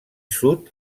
sud